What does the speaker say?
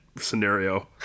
scenario